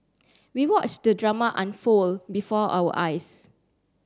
we watched the drama unfold before our eyes